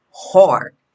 hard